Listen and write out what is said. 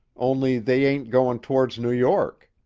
only they ain't goin' towards new york.